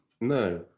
No